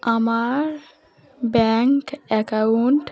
আমার bank account